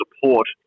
support